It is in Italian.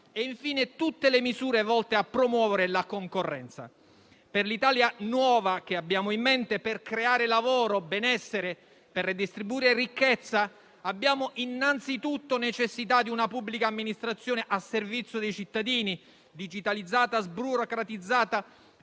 e, infine, da tutte le misure volte a promuovere la concorrenza. Per l'Italia nuova che abbiamo in mente, per creare lavoro e benessere, per redistribuire ricchezza, abbiamo innanzitutto necessità di una pubblica amministrazione al servizio dei cittadini digitalizzata, sburocratizzata,